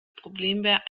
problembär